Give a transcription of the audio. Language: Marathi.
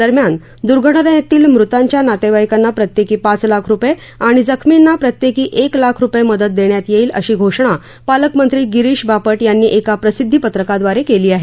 दरम्यान दुर्घटनेतील मृतांच्या नातेवाईकांना प्रत्येकी पाच लाख रुपये आणि जखमींना प्रत्येकी एक लाख रुपये मदत देण्यात येईल अशी घोषणा पालकमंत्री गिरीष बापट यांनी एका प्रसिध्दीपत्रकाद्वारे केली आहे